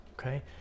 okay